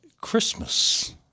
Christmas